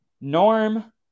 Norm